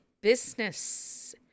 business